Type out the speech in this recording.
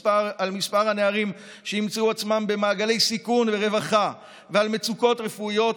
על מספר הנערים שימצאו עצמם במעגלי סיכון ורווחה ועל מצוקות רפואיות,